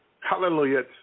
Hallelujah